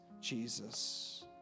Jesus